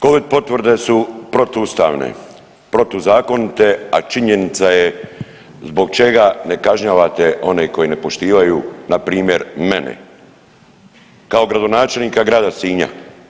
Covid potvrde su protuustavne, protuzakonite, a činjenica je zbog čega ne kažnjavate one koji ne poštivaju npr. mene kao gradonačelnika grada Sinja.